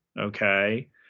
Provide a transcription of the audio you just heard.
okay